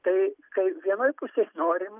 tai kai vienoj pusės norim